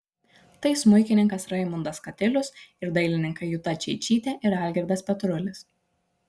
tai smuikininkas raimundas katilius ir dailininkai juta čeičytė ir algirdas petrulis